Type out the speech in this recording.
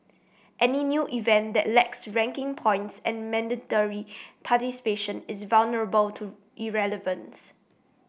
any new event that lacks ranking points and mandatory participation is vulnerable to irrelevance